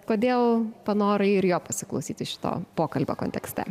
kodėl panorai ir jo pasiklausyti šito pokalbio kontekste